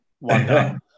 wonder